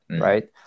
right